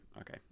okay